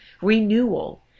renewal